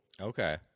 Okay